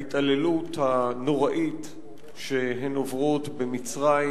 ההתעללות הנוראית שהן עוברות במצרים.